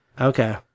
Okay